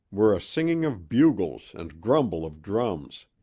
were a singing of bugles and grumble of drums.